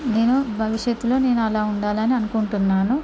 నేను భవిష్యత్తులో నేను ఆలా ఉండాలని అనుకుంటున్నాను